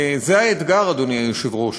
וזה האתגר, אדוני היושב-ראש.